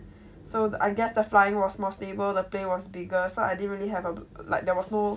so I guess the flying was more stable the plane was bigger so I didn't really have err like there was no